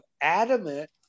adamant